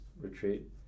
retreat